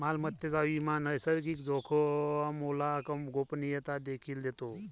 मालमत्तेचा विमा नैसर्गिक जोखामोला गोपनीयता देखील देतो